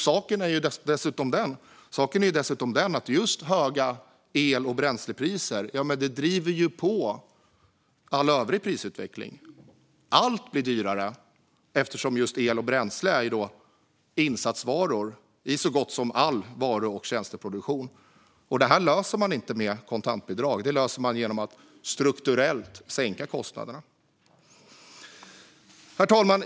Saken är dessutom den att just höga el och bränslepriser driver på all övrig prisutveckling. Allt blir dyrare, eftersom el och bränsle är insatsvaror i så gott som all varu och tjänsteproduktion. Det här löser man inte med kontantbidrag. Det löser man genom att strukturellt sänka kostnaderna. Herr talman!